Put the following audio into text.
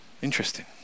Interesting